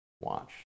watch